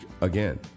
again